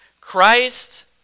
Christ